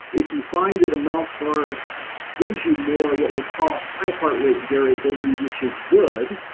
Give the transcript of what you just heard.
if you find that a mouth guard gives you more what we'll call high heart rate variability, which is good,